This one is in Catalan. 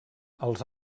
els